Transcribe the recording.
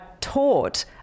taught